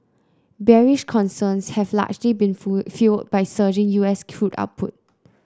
bearish concerns have largely been fuelled by surging U S crude output